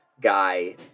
guy